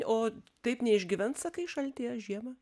o taip neišgyvens sakai šaltyje žiemą